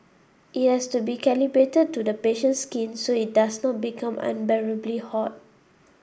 it has to be calibrated to the patient's skin so it does not become unbearably hot